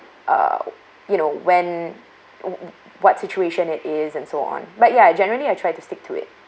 uh you know when w~ what situation it is and so on but ya generally I try to stick to it